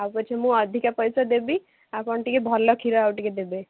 ଆଉ ପଛେ ମୁଁ ଅଧିକା ପଇସା ଦେବି ଆପଣ ଟିକେ ଭଲ କ୍ଷୀର ଆଉ ଟିକେ ଦେବେ